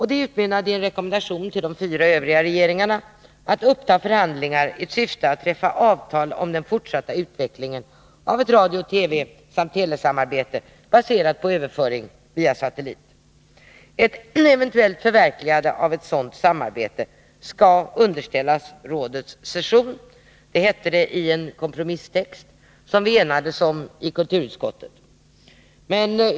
Det utmynnade i en rekommendation till de fyra Övriga regeringarna att uppta förhandlingar i syfte att träffa avtal om den fortsatta utvecklingen av ett radiooch TV samt telesamarbete baserat på överföring via satellit. Ett eventuellt förverkligande av ett sådant samarbete skall underställas rådets session, hette det i en kompromisstext som vi enades om i kulturutskottet.